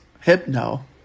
Hypno